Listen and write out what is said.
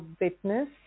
witness